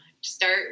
start